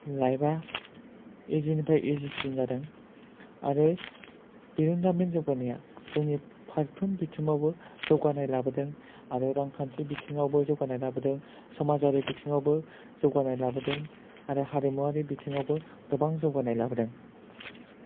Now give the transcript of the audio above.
life आ easy निफ्राय easy सिन जादों आरो बिरोंदामिन जौगानाया जोंनि फारफ्रोम बिथिङावबो जौगानाय लाबोदों आरो रांखान्थि बिथिङावबो जौगानाय लाबोदों समाजारि बिथिङावबो जौगानाय लाबोदों आरो हारिमुवारि बिथिङावबो गौबां जौगानाय लाबोदों